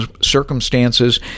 circumstances